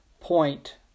point